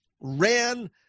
ran